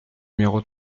numéro